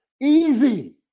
Easy